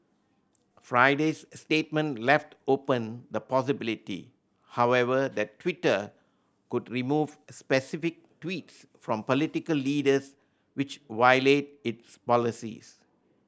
Friday's statement left open the possibility however that Twitter could remove specific tweets from political leaders which violate its policies